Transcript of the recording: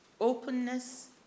openness